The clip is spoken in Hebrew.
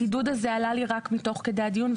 החידוד הזה עלה אצלי רק תוך כדי הדיון,